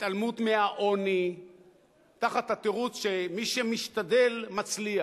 התעלמות מהעוני בתירוץ שמי שמשתדל מצליח.